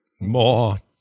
More